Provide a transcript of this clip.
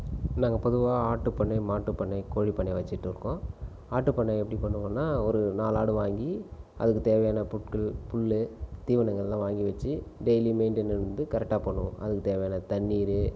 நாங்கள் பொதுவாக ஆட்டுப்பண்ணை மாட்டுப்பண்ணை கோழிப்பண்ணை வச்சுட்ருக்கோம் ஆட்டுப்பண்ணை எப்படி பண்ணுவோம்னா ஒரு நாலு ஆடு வாங்கி அதுக்கு தேவையான பொருட்கள் புல்லு தீவனங்கள்லாம் வாங்கி வச்சு டெய்லி மெயின்ட்டனன் வந்து கரெக்டாக பண்ணுவோம் அதுக்கு தேவையான தண்ணி